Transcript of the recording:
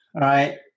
right